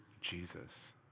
Jesus